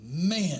man